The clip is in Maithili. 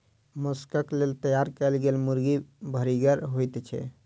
मौसक लेल तैयार कयल गेल मुर्गी भरिगर होइत छै